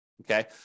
okay